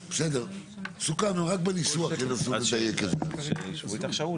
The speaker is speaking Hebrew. בסדר, סוכם, הם רק בניסוח --- אין דבר כזה,